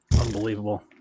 Unbelievable